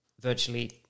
virtually